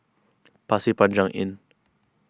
Pasir Panjang Inn